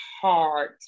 hard